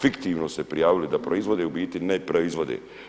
Fiktivno su prijavili da proizvode, a u biti ne proizvode.